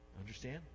Understand